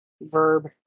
Verb